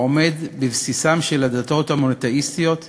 שעומד בבסיסן של הדתות המונותיאיסטיות כולן,